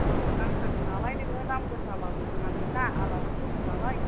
औ नांथारगौ नालाय नोङो दाम गोसाबाबो होनांगोन ना आलासि दङ नालाय